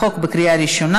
החוק הוא בקריאה ראשונה.